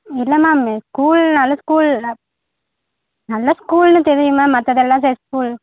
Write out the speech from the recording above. இல்லை மேம் இது ஸ்கூல் நல்ல ஸ்கூல் நல்ல ஸ்கூல்னு தெரியும் மேம் மற்றதெல்லாம் ஸ்கூல்